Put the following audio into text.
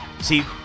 See